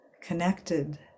connected